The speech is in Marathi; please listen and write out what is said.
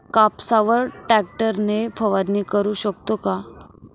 कापसावर ट्रॅक्टर ने फवारणी करु शकतो का?